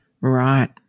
Right